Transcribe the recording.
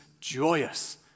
joyous